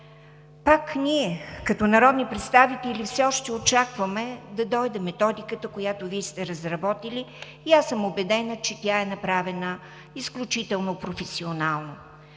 Второ, като народни представители все още очакваме да дойде Методиката, която сте разработили. Убедена съм, че тя е направена изключително професионално,